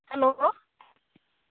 hello